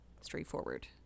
straightforward